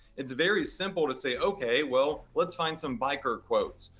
it's very simple to say, okay, well let's find some biker quotes,